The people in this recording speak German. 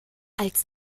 als